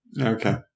Okay